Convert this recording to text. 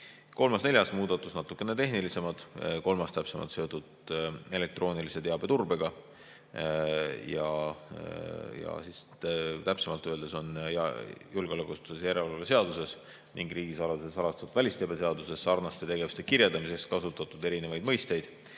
Kolmas ja neljas muudatus on natukene tehnilisemad, kolmas on täpsemalt seotud elektroonilise teabeturbega. Täpsemalt öeldes on julgeolekuasutuste järelevalve seaduses ning riigisaladuse ja salastatud välisteabe seaduses sarnaste tegevuste kirjeldamiseks kasutatud erinevaid mõisteid,